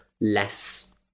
less